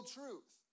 truth